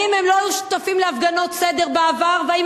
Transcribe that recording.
אם הם לא היו שותפים להפגנות סדר בעבר ואם